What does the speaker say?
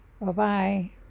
Bye-bye